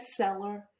bestseller